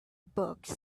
books